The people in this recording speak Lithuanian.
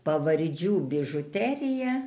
pavardžių bižuterija